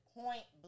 point